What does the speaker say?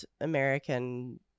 American